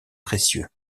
précieux